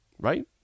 Right